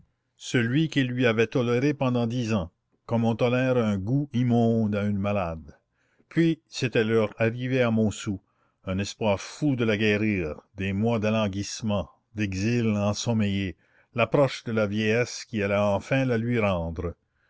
celui qu'il lui avait toléré pendant dix ans comme on tolère un goût immonde à une malade puis c'était leur arrivée à montsou un espoir fou de la guérir des mois d'alanguissement d'exil ensommeillé l'approche de la vieillesse qui allait enfin la lui rendre